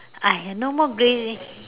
!aiya! no more grading